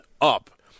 up